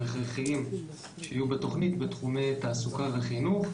הכרחיים לתוכנית בתחומי תעסוקה וחינוך.